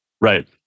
Right